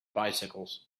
bicycles